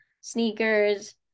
sneakers